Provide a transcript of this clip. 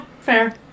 fair